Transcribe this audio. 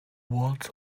walls